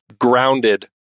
grounded